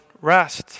rest